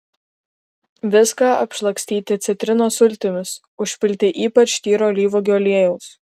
viską apšlakstyti citrinos sultimis užpilti ypač tyro alyvuogių aliejaus